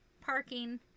parking